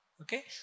okay